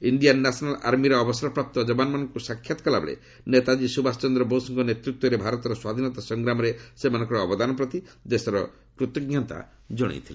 Indian National ଆର୍ମିର ଅବସରପ୍ରାପ୍ତ ଜବାନମାନଙ୍କୁ ସାକ୍ଷାତ୍ କଲାବେଳେ ନେତାଜ୍ଞୀ ସୁଭାଷ ଚନ୍ଦ୍ର ବୋଷଙ୍କ ନେତୃତ୍ୱରେ ଭାରତର ସ୍ୱାଧୀନତା ସଂଗ୍ରାମରେ ସେମାନଙ୍କର ଅବଦାନପ୍ରତି ଦେଶର କୃତଜ୍ଞତା ଜ୍ଞାପନ କରିଚ୍ଛନ୍ତି